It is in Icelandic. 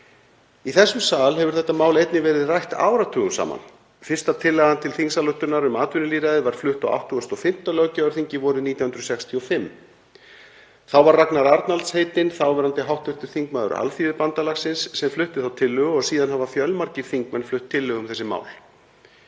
Í þessum sal hefur þetta mál einnig verið rætt áratugum saman. Fyrsta tillagan til þingsályktunar um atvinnulýðræði var flutt á 85. löggjafarþingi vorið 1965. Þá var það Ragnar Arnalds heitinn, þáverandi hv. þm. Alþýðubandalagsins, sem flutti þá tillögu og síðan hafa fjölmargir þingmenn flutt tillögu um þessi mál.